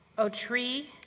oh, tree,